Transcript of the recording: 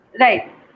Right